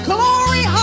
Glory